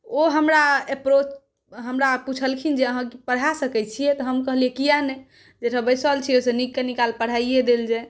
ओ हमरा एप्रोच हमरा पुछलखिन जे अहाँ पढ़ा सकै छिए तऽ हम कहलिए किएक नहि एहिठाम बैसल छिए एहिसँ नीक कनि काल पढ़ाइए देल जाए